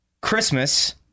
Christmas